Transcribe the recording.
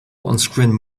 onscreen